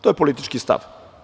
To je politički stav.